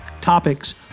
topics